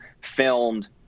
filmed